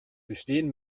bestehen